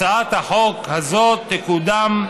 הצעת החוק הזאת תקודם,